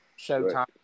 Showtime